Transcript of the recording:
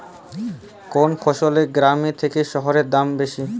কোন ফসলের গ্রামের থেকে শহরে দাম বেশি?